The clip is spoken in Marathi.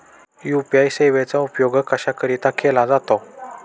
यू.पी.आय सेवेचा उपयोग कशाकरीता केला जातो?